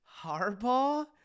Harbaugh